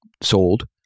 sold